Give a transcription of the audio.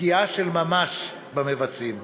פגיעה של ממש במבצעים.